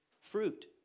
fruit